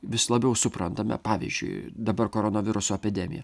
vis labiau suprantame pavyzdžiui dabar koronaviruso epidemija